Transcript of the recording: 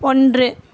ஒன்று